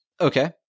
Okay